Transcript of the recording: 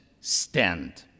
stand